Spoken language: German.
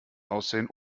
aussehen